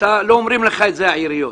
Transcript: דבר אחד שלא אומרות לך העיריות.